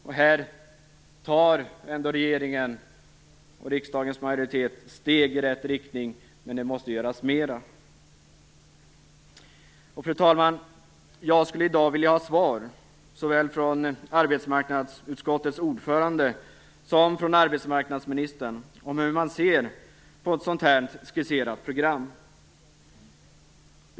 Och här tar ändå regeringen och riksdagens majoritet steg i rätt riktning. Men det måste göras mera. Fru talman! Jag skulle i dag vilja ha svar från såväl arbetsmarknadsutskottets ordförande som arbetsmarknadsministern om hur man ser på ett sådant här skisserat program.